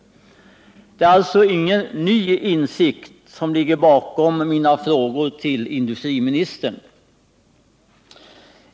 Det är alltså inte någon ny insikt som ligger bakom mina frågor till industriministern.